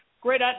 great